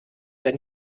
wenn